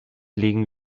legen